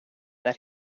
that